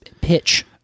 pitch